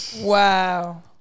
Wow